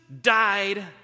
died